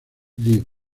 live